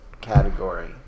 category